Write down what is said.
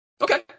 Okay